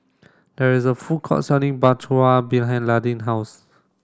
there is a food court selling Bratwurst behind Landin house